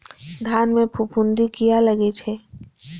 धान में फूफुंदी किया लगे छे?